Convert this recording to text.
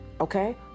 okay